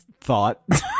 thought